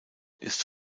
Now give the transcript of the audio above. ist